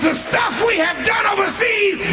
stuff we have done overseas